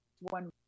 one